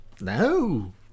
No